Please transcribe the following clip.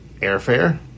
airfare